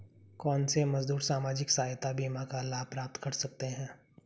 कौनसे मजदूर सामाजिक सहायता बीमा का लाभ प्राप्त कर सकते हैं?